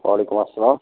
وعلیکُم اسلام